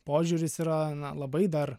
požiūris yra labai dar